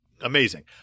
amazing